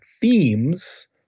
themes